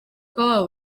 kuba